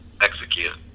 execute